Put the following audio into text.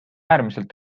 äärmiselt